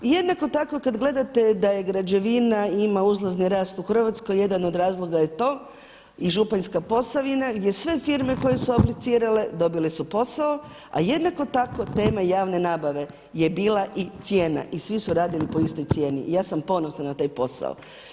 I jednako tako kada gledate da je građevina, ima uzlazni rast u Hrvatskoj, jedan od razloga je to i Županjska Posavina gdje sve firme koje su aplicirale dobile su posao a jednako tako tema javne nabave je bila i cijena i svi su radili po istoj cijeni i ja sam ponosna na taj posao.